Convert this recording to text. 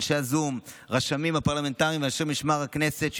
אנשי הזום והרשמים הפרלמנטריים ואנשי משמר הכנסת,